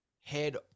head